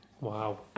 wow